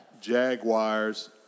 Jaguars